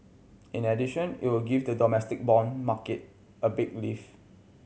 in addition it will give the domestic bond market a big lift